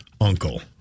uncle